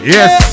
Yes